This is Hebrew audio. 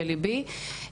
בליבי,